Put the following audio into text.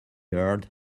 heard